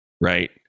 right